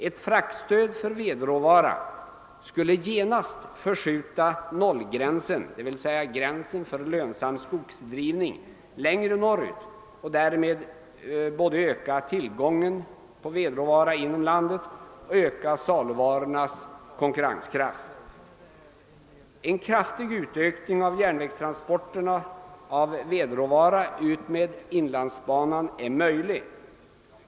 Ett fraktstöd för vedråvara skulle genast förskjuta nollgränsen — d.v.s. gränsen för lönsam skogsdrivning — längre norrut och därmed öka både tillgången inom landet och saluvarornas konkurrenskraft. En kraftig utökning av järnvägstransporterna av vedråvara utmed inlandsbanan är möjlig.